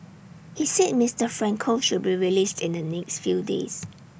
he said Mister Franco should be released in the next few days